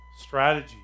strategy